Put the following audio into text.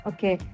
Okay